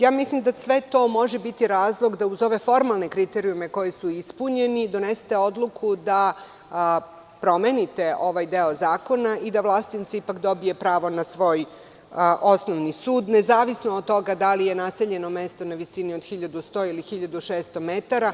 Ja mislim da sve to može biti razlog da, uz ove formalne kriterijume koji su ispunjeni, donesete odluku da promenite ovaj deo zakona i Vlasotince ipak dobije pravo na svoj osnovni sud, nezavisno od toga da li je naseljeno mesto na visini od 1.100 ili 1.600 metara.